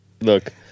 Look